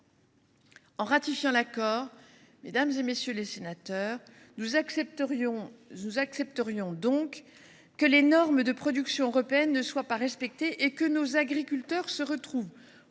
En ratifiant l’accord, nous accepterions donc que les normes de production européennes ne soient pas respectées et que nos agriculteurs se retrouvent